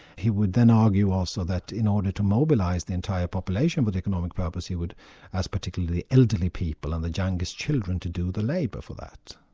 he would then argue also that in order to mobilise the entire population with economic purpose, he would ask particularly elderly people and the youngest children to do the labour for that.